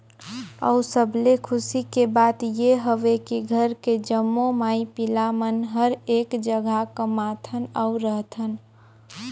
अउ सबले खुसी के बात ये हवे की घर के जम्मो माई पिला मन हर एक जघा कमाथन अउ रहथन